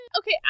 Okay